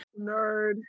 Nerd